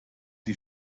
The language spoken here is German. sie